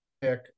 pick